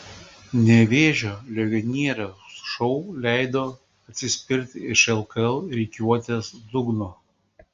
nevėžio legionieriaus šou leido atsispirti iš lkl rikiuotės dugno